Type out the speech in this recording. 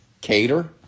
Cater